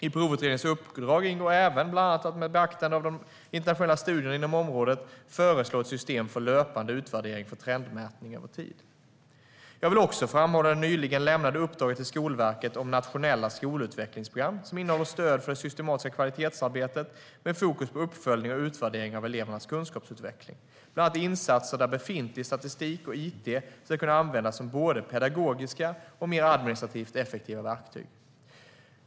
I Provutredningens uppdrag ingår även att med beaktande av de internationella studierna inom området föreslå ett system för löpande utvärdering för trendmätning över tid. Jag vill också framhålla det nyligen lämnade uppdraget till Skolverket om nationella skolutvecklingsprogram som innehåller stöd för det systematiska kvalitetsarbetet, med fokus på uppföljning och utvärdering av elevernas kunskapsutveckling, bland annat insatser där befintlig statistik och it ska kunna användas som både pedagogiska och mer administrativt effektiva verktyg.